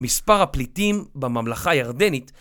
מספר הפליטים בממלכה הירדנית